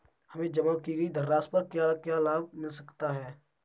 हमें जमा की गई धनराशि पर क्या क्या लाभ मिल सकता है?